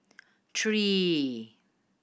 three